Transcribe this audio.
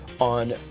on